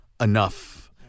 enough